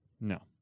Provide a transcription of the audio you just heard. No